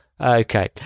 okay